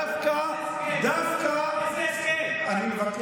איזה הסכם?